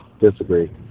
Disagree